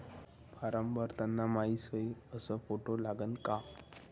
Form भरताना मायी सयी अस फोटो लागन का?